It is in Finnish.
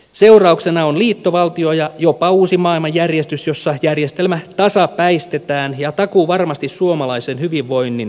seurauksena on liittovaltio ja jopa uusi maailmanjärjestys jossa järjestelmä tasapäistetään ja takuuvarmasti suomalaisen hyvinvoinnin kustannuksella